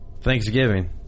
thanksgiving